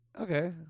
Okay